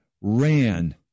ran